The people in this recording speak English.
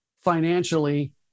financially